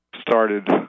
started